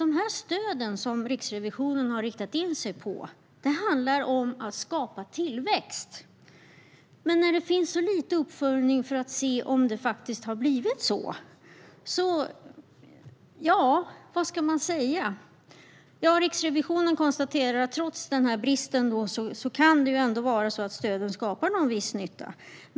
De stöd som Riksrevisionen har riktat in sig på handlar om att skapa tillväxt. Men vad ska man säga när det finns så lite uppföljning för att se om det faktiskt har blivit så? Riksrevisionen konstaterar att det trots denna brist kan vara så att stöden skapar viss nytta.